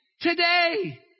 today